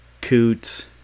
Coots